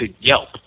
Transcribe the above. yelp